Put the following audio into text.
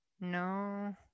No